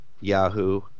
Yahoo